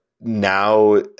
now